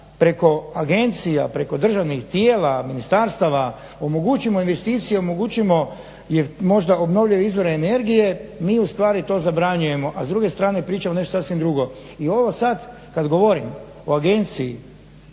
preko agencija preko državnih tijela, ministarstava omogućimo investicije, omogućimo možda obnovljive izvore energije, mi ustvari to zabranjujemo, a s druge strane pričamo nešto sasvim drugo. I ovo sada kada govorim o agenciji,